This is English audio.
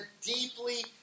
deeply